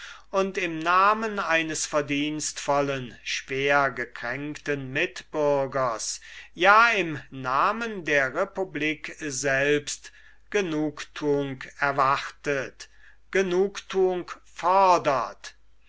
und im namen eines verdienstvollen schwergekränkten mitbürgers ja im namen der republik selbst genugtuung erwartet genugtuung fordert